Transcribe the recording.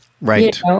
Right